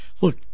Look